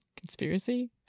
conspiracy